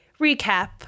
recap